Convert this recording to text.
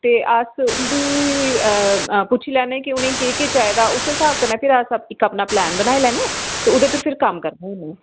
ते अस उं'दी पुच्छी लैन्ने कि उ'नेंगी केह केह चाहिदा उस्सै स्हाब कन्नै फिर अस अपना इक प्लैन बनाई लैन्ने ते ओह्दे पर फिर कम्म करने होन्ने